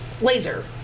laser